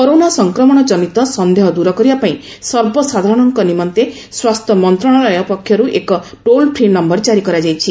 corona ସଂକ୍ରମଣ ଜନିତ ସନ୍ଦେହ ଦୂର କରିବା ପାଇଁ ସର୍ବସାଧାରଣଙ୍କ ନିମନ୍ତେ ସ୍ୱାସ୍ଥ୍ୟ ମନ୍ତ୍ରଣାଳୟ ପକ୍ଷରୁ ଏକ ଟୋଲ ଫ୍ରି ନମ୍ଭର ଜାରି କରାଯାଇଛି